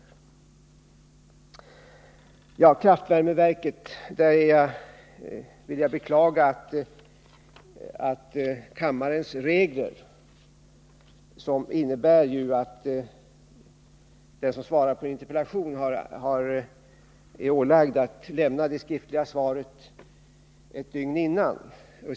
När det gäller kraftvärmeverket vill jag beklaga att kammarens regler innebär att den som svarar på en interpellation är ålagd att lämna det skriftliga svaret ett dygn i förväg.